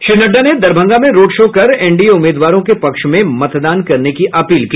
श्री नड्डा ने दरभंगा में road show कर एनडीए उम्मीदवारों के पक्ष में मतदान करने की अपील की